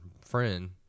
friend